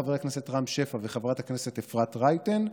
חבר הכנסת רם שפע וחברת הכנסת אפרת רייטן,